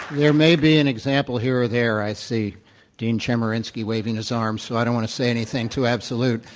there may be an example here or there. i see dean chemerinsky waving his arm, so i don't want to say anything too absolute.